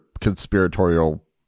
conspiratorial